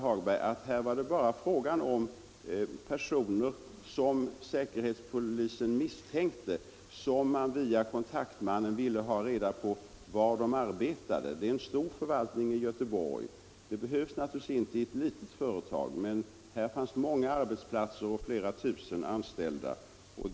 Här var det bara fråga om personer som säkerhetspolisen misstänkte, och man ville via kontaktmannen ha reda på var de arbetade. Det är en stor förvaltning i Göteborg. En sådan åtgärd behövs naturligtvis inte i ett litet företag, men här finns det många arbetsplatser och flera tusen anställda.